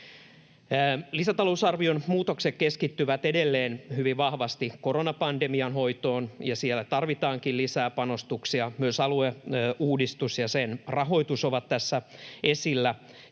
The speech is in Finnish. Lisätalousarvion muutokset keskittyvät edelleen hyvin vahvasti koronapandemian hoitoon, ja siellä tarvitaankin lisää panostuksia. Myös alueuudistus ja sen rahoitus ovat tässä esillä